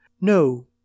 No